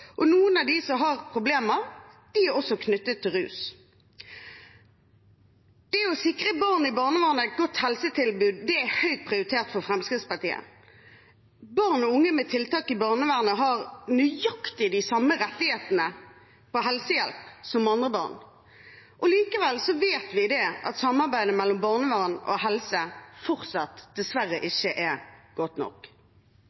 helseplager. Noen av dem som har problemer, er også knyttet til rus. Å sikre barn i barnevernet et godt helsetilbud er høyt prioritert i Fremskrittspartiet. Barn og unge med tiltak i barnevernet har nøyaktig de samme rettighetene til helsehjelp som andre barn. Likevel vet vi at samarbeidet mellom barnevern og helse fortsatt ikke er godt nok, dessverre.